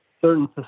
certain